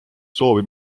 soovi